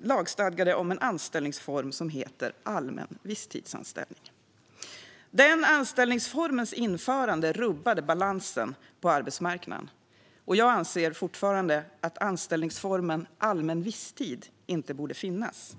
lagstadgade om en anställningsform som hette allmän visstidsanställning. Den anställningsformens införande rubbade balansen på arbetsmarknaden. Jag anser fortfarande att anställningsformen allmän visstid inte borde finnas.